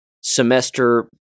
semester